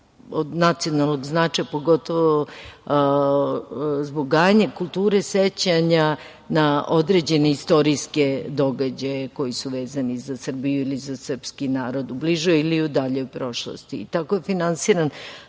od nacionalnog značaja, pogotovo zbog gajenje kulture sećanja na određene istorijske događaje koji su vezani za Srbiju ili za srpski narod u bližoj ili daljoj prošlosti. Tako je finansiran